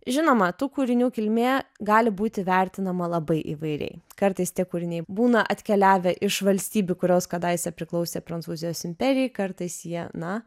žinoma tų kūrinių kilmė gali būti vertinama labai įvairiai kartais tie kūriniai būna atkeliavę iš valstybių kurios kadaise priklausė prancūzijos imperijai kartais jie na